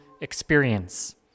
experience